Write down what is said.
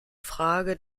frage